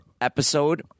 episode